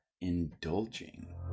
indulging